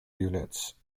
units